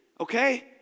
okay